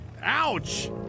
Ouch